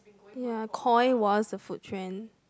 ya Koi was the food trend